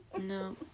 No